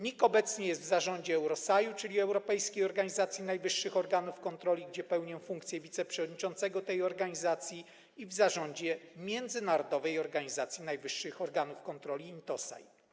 NIK obecnie jest w zarządzie EUROSAI-u, czyli Europejskiej Organizacji Najwyższych Organów Kontroli, gdzie pełnię funkcję wiceprzewodniczącego, i w zarządzie Międzynarodowej Organizacji Najwyższych Organów Kontroli, INTOSAI.